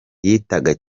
yitaga